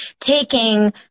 taking